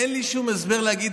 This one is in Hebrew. אין לי שום הסבר להגיד,